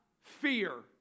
fear